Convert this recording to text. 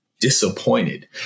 disappointed